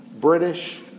British